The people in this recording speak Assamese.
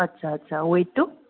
আচ্ছা আচ্ছা ওৱেইটটো